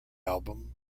album